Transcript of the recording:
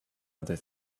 other